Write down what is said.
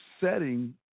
setting